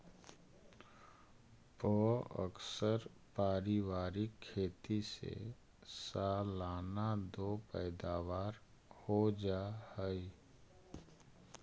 प्अक्सर पारिवारिक खेती से सालाना दो पैदावार हो जा हइ